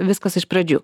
viskas iš pradžių